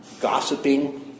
gossiping